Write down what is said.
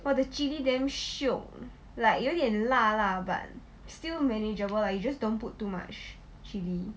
!wah! the chilli damn shiok like 有点辣啦 but still manageable lah you just don't put too much chilli